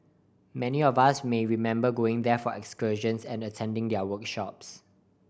many of us may remember going there for excursions and attending their workshops